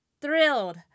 thrilled